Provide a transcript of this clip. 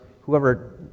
whoever